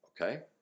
okay